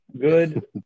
good